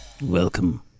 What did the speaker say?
Welcome